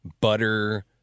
butter